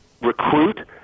recruit